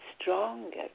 stronger